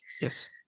Yes